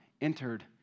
entered